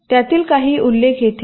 त्यातील काही उल्लेख येथे आहेत